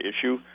issue